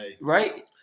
right